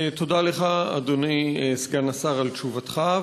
תודה לך, אדוני סגן השר, על תשובתך.